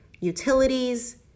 utilities